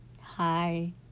Hi